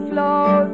Flow